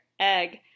egg